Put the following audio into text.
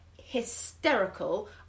hysterical